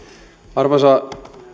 arvoisa